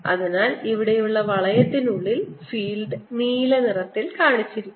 അതിനാൽ ഇവിടെയുള്ള വളയത്തിനുള്ളിൽ ഫീൽഡ് നീല നിറത്തിൽ കാണിച്ചിരിക്കുന്നു